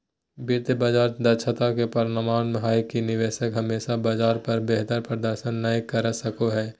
वित्तीय बाजार दक्षता के प्रमाण हय कि निवेशक हमेशा बाजार पर बेहतर प्रदर्शन नय कर सको हय